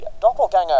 Doppelganger